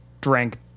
drank